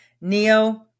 Neo